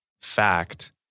fact